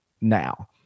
now